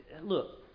Look